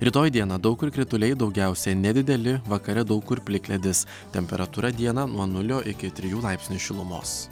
rytoj dieną daug kur krituliai daugiausiai nedideli vakare daug kur plikledis temperatūra dieną nuo nulio iki trijų laipsnių šilumos